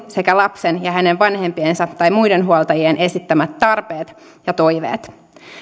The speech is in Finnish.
sekä lapsen ja hänen vanhempiensa tai muiden huoltajien esittämät tarpeet ja toiveet